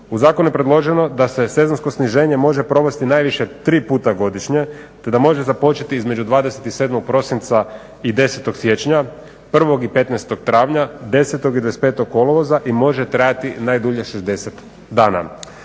u zakonu je predloženo da se sezonsko sniženje može provesti najviše 3 puta godišnje te da može započeti između 27. prosinca i 10. siječnja, 01. i 15. travnja, 10. i 25. kolovoza i može trajati najdulje 60 dana.